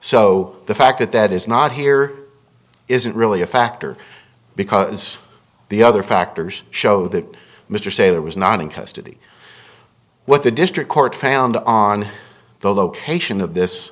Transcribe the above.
so the fact that that is not here isn't really a factor because the other factors show that mr sailor was not in custody what the district court found on the location of this